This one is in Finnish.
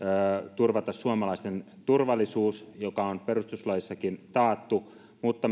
turvata suomalaisten turvallisuus joka on perustuslaissakin taattu mutta